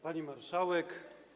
Pani Marszałek!